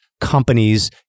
companies